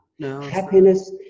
Happiness